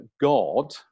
God